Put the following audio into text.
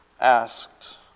asked